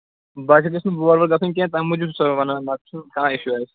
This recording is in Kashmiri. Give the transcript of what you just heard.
باقٕے گژھِ نہٕ بور وور گژھٕنۍ کیٚنٛہہ تَمہِ موٗجوٗب چھُسَے وَنان نتہٕ چھُنہٕ کانٛہہ اِشوٗ اَسہِ